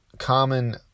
common